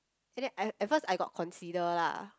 and then at at first I got consider lah